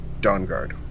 Dawnguard